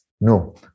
no